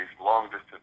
long-distance